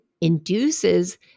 induces